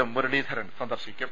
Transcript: ഉം മുരളീധരൻ സന്ദർശി ക്കും